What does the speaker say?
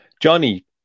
Johnny